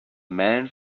men